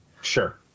Sure